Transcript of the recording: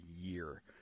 year